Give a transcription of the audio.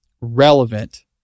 relevant